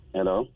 Hello